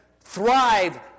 thrive